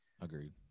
Agreed